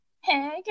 Hey